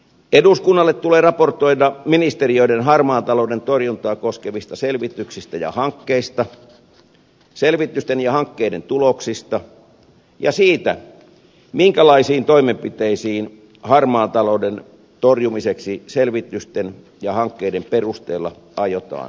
eduskunnalle tulee raportoida ministeriöiden harmaan talouden torjuntaa koskevista selvityksistä ja hankkeista selvitysten ja hankkeiden tuloksista ja siitä minkälaisiin toimenpiteisiin harmaan talouden torjumiseksi selvitysten ja hankkeiden perusteella aiotaan ryhtyä